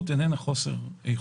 חוסר איכות.